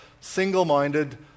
single-minded